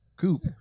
coop